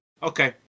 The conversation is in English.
Okay